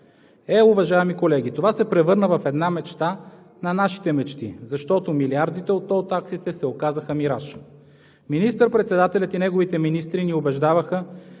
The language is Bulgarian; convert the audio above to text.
Е, уважаеми колеги, това се превърна в една мечта на нашите мечти, защото милиардите от тол таксите се оказаха мираж. Министър-председателят и неговите министри ни убеждаваха,